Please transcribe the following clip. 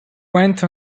went